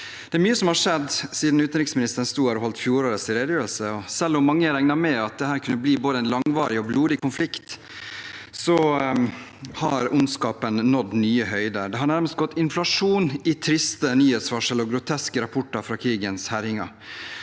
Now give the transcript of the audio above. Det er mye som har skjedd siden utenriksministeren sto her og holdt fjorårets redegjørelse. Selv om mange regnet med at dette kunne bli en både langvarig og blodig konflikt, har ondskapen nådd nye høyder. Det har nærmest gått inflasjon i triste nyhetsvarsler og groteske rapporter fra krigens